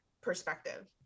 perspective